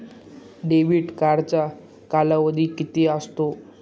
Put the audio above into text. Debit कार्डचा कालावधी किती असतो?